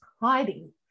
hiding